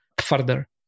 further